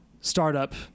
startup